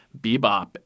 Bebop